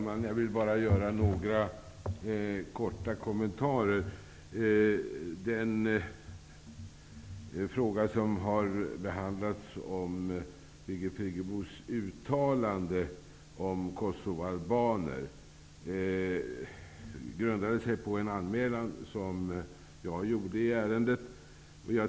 Herr talman! Jag vill göra några korta kommentarer. Frågan om Birgit Friggebos uttalande om kosovoalbaner grundas på en anmälan, som jag gjorde i ärendet.